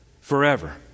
forever